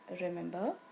remember